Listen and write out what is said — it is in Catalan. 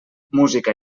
música